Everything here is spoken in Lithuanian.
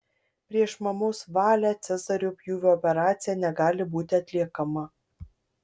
prieš mamos valią cezario pjūvio operacija negali būti atliekama